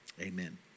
Amen